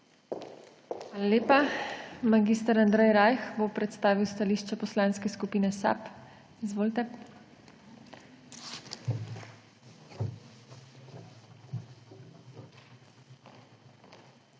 Hvala lepa. Mag. Andrej Rajh bo predstavil stališče Poslanske skupine SAB. Izvolite. MAG.